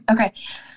okay